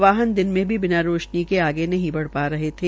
वाहन दिन में भी बिना रोशनी की आगे नहीं बढ़ पर रहे थे